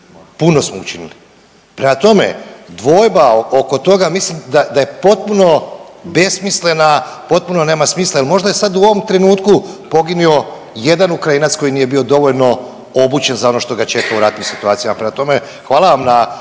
puno smo učinili. Prema tome, dvojba oko toga mislim da je potpuno besmislena, potpuno nema smisla jel možda je sad u ovom trenutku poginio jedan Ukrajinac koji nije bio dovoljno obučen za ono što ga čeka u ratnim situacijama. Prema tome, hvala vam na